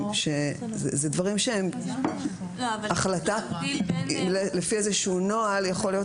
אלה דברים שלפי איזשהו נוהל יכולה להיות